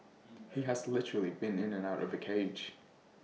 he has literally been in and out of A cage